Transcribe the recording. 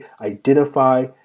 identify